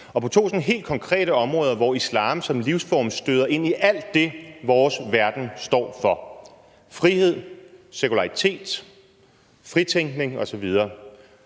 Og på to sådan helt konkrete områder, hvor islam som livsform støder ind i alt det, vores verden står for – frihed, sekularitet, fritænkning osv.